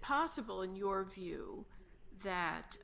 possible in your view that